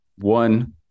one